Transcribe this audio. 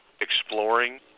exploring